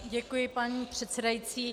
Děkuji, paní předsedající.